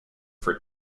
for